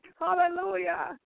hallelujah